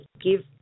give